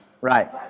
right